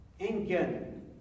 Incan